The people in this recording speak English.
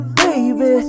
baby